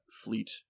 fleet